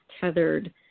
tethered